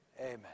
Amen